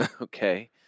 Okay